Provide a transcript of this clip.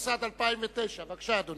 התשס”ט 2009. בבקשה, אדוני.